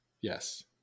Yes